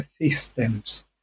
systems